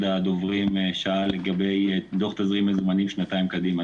הדוברים שאל לגבי דוח תזרים מזומנים לשנתיים קדימה.